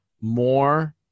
more